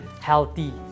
healthy